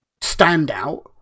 standout